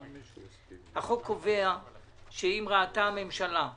בעל חשיבות ציבורית חיונית הטעון בירור,